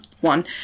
One